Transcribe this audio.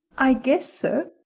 i guess so,